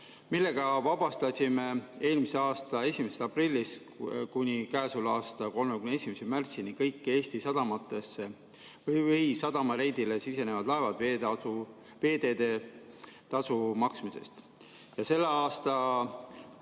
millega vabastasime eelmise aasta 1. aprillist kuni käesoleva aasta 31. märtsini kõik Eesti sadamasse ja sadama reidile sisenevad laevad veeteetasu maksmisest, ja selle aasta